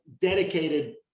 dedicated